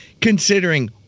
considering